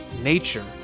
nature